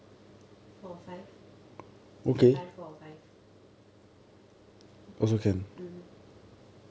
four or five you can buy four or five mm